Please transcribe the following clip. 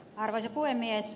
arvoisa puhemies